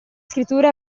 scrittura